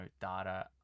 data